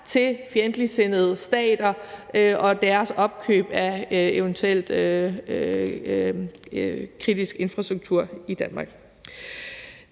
til fjendtligsindede stater og deres opkøb af eventuel kritisk infrastruktur i Danmark.